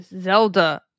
Zelda